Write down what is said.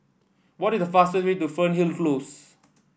what is the fastest way to Fernhill Close